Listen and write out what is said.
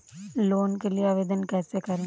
Loan के लिए आवेदन कैसे करें?